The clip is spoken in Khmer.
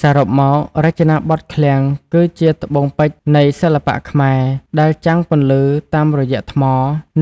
សរុបមក រចនាបថឃ្លាំងគឺជាត្បូងពេជ្រនៃសិល្បៈខ្មែរ ដែលចាំងពន្លឺតាមរយៈថ្ម